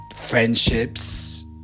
Friendships